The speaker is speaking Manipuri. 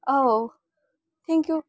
ꯑꯧ ꯊꯦꯡꯀ꯭ꯌꯨ